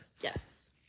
yes